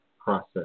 process